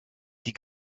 die